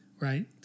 Right